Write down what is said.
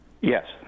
Yes